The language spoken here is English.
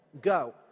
go